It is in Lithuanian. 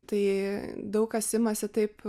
tai daug kas imasi taip